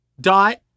dot